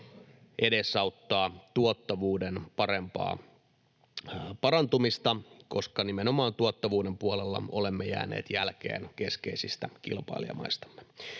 edesauttaa tuottavuuden parempaa parantumista, koska nimenomaan tuottavuuden puolella olemme jääneet jälkeen keskeisistä kilpailijamaistamme.